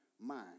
mind